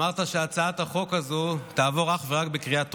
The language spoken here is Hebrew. אמרת שהצעת החוק הזאת תעבור אך ורק בקריאה טרומית.